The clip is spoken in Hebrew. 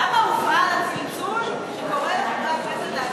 למה הופעל הצלצול שקורא לחברי הכנסת להצביע?